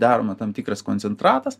daroma tam tikras koncentratas